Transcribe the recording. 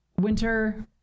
winter